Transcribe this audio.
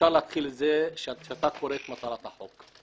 אפשר לראות זאת כשקוראים את מטרת החוק.